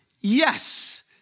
yes